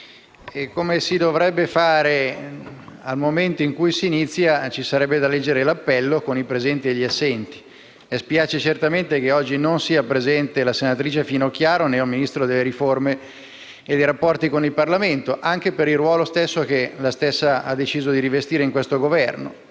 come si dovrebbe fare nel momento in cui si inizia, ci sarebbe da leggere l'appello, con i presenti e gli assenti. Spiace certamente che oggi non sia presente la senatrice Finocchiaro, neo ministro delle riforme e dei rapporti con il Parlamento, anche per il ruolo stesso che ella ha deciso di rivestire in questo Governo;